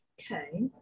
Okay